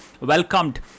welcomed